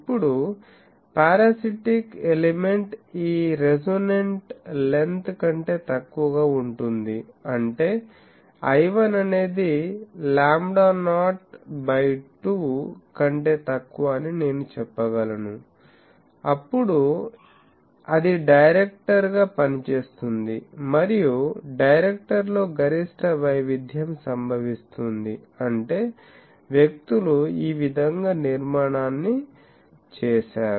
ఇప్పుడుపారాసిటిక్ element ఈ resonant length కంటే తక్కువగా ఉంటుంది అంటే l1 అనేది లాంబ్డా నాట్ బై 2 కంటే తక్కువ అని నేను చెప్పగలను అప్పుడు అది డైరెక్టర్ గా పనిచేస్తుంది మరియు డైరెక్టర్ లో గరిష్ట వైవిధ్యం సంభవిస్తుంది అంటే వ్యక్తులు ఈ విధంగా నిర్మాణాన్ని చేశారు